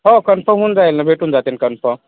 हो कन्फम होऊन जाईल ना भेटून जातील कन्फम